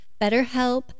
BetterHelp